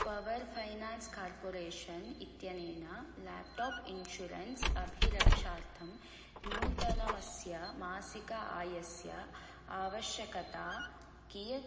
power finance corporation इत्यनेन laptop insurance अभिरक्षार्थं न्यूतनमस्य मासिक आयस्य आवश्यकता कियत्